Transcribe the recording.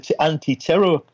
anti-terror